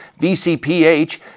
VCPH